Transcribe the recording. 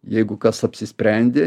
jeigu kas apsisprendė